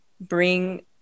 bring